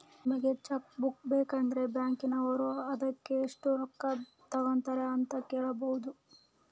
ನಿಮಗೆ cheque book ಬೇಕಂದ್ರ ಬ್ಯಾಕಿನೋರು ಅದಕ್ಕೆ ಎಷ್ಟು ರೊಕ್ಕ ತಂಗತಾರೆ ಅಂತ ಕೇಳಬೊದು